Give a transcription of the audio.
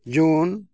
ᱡᱩᱱ